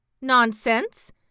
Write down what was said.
Nonsense